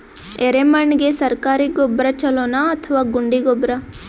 ಎರೆಮಣ್ ಗೆ ಸರ್ಕಾರಿ ಗೊಬ್ಬರ ಛೂಲೊ ನಾ ಅಥವಾ ಗುಂಡಿ ಗೊಬ್ಬರ?